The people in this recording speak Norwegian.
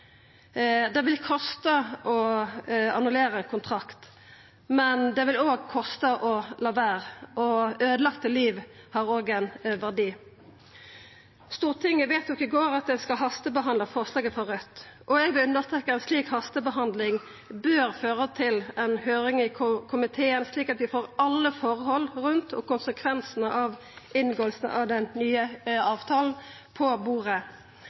Det vil kosta å annullera ein kontrakt, men det vil òg kosta å la vera. Øydelagde liv har òg ein verdi. Stortinget vedtok i går at ein skal hastebehandla forslaget frå Raudt. Eg vil understreka at ei slik hastebehandling bør føra til ei høyring i komiteen, slik at vi får alle forholda rundt og konsekvensane av inngåinga av den nye avtalen på bordet.